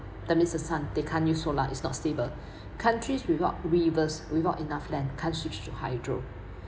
that missed the sun they can't use solar it's not stable countries without rivers without enough land can't switch to hydro